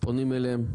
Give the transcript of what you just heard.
פונים אליהם,